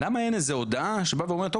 למה אין איזו הודעה שבאה ואומרת,